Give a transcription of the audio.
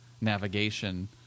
navigation